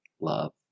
Love